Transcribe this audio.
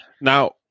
Now